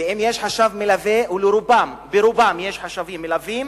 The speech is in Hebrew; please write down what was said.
ואם יש חשב מלווה, ולרובם יש חשבים מלווים,